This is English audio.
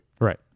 Right